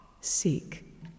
Seek